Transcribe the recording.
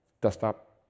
desktop